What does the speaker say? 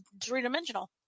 three-dimensional